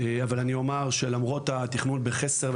אבל אני אומר שלמרות התכנון בחסר,